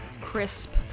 crisp